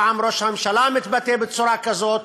פעם ראש הממשלה מתבטא בצורה כזאת.